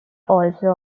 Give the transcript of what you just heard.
also